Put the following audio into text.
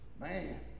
Man